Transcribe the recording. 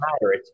Matter